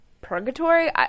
purgatory